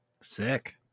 Sick